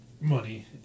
money